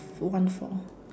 one four